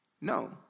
No